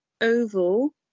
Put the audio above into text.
oval